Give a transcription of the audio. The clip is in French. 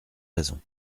raisons